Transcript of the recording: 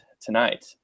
tonight